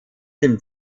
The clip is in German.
dem